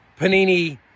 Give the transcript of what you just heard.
Panini